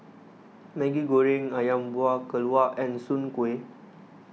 Maggi Goreng Ayam Buah Keluak and Soon Kuih